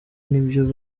nibyo